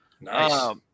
Nice